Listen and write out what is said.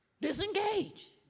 Disengage